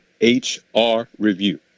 H-R-Review